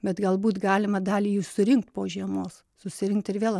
bet galbūt galima dalį jų surinkt po žiemos susirinkt ir vėl